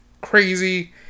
crazy